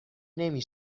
نمی